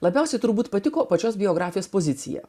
labiausiai turbūt patiko pačios biografijos pozicija